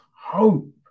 hope